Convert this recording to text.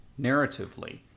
narratively